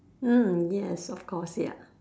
mm yes of course ya